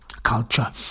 Culture